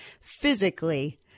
physically